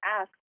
ask